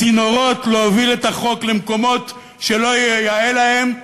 צינורות להוביל את החוק למקומות שלא יאה להם.